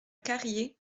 carrier